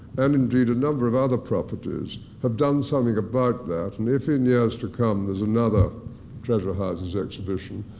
and, indeed, a number of other properties, have done something about that. and if, in years to come, there's another treasure houses exhibition,